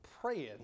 praying